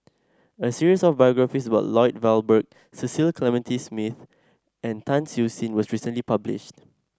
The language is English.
a series of biographies about Lloyd Valberg Cecil Clementi Smith and Tan Siew Sin was recently published